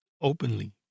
Openly